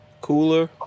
cooler